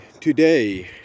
today